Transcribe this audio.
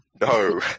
No